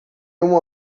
uma